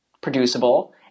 producible